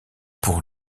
pour